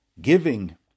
giving